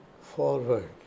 Forward